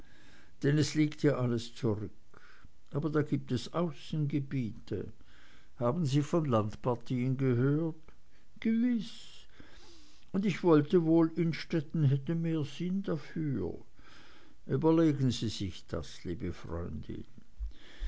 denn es liegt ja alles zurück aber da gibt es außengebiete haben sie von landpartien gehört gewiß und ich wollte wohl innstetten hätte mehr sinn dafür überlegen sie sich das liebe freundin